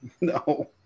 No